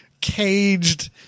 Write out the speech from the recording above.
caged